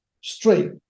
straight